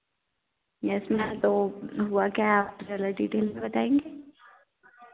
yes ma'am तो हुआ क्या आप कृपया डिटेल में बताएंगी